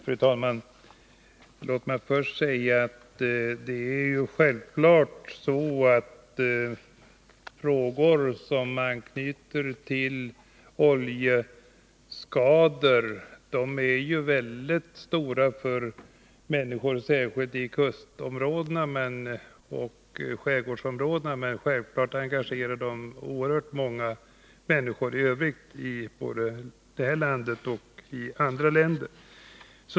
Fru talman! Låt mig först säga att frågor som anknyter till oljeskador självfallet är av väldigt stort intresse särskilt för människorna i kustområdena och skärgårdsområdena. Naturligtvis engagerar dessa frågor även oerhört många andra människor, både i vårt land och i andra länder.